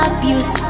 Abuse